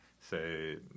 say